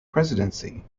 presidency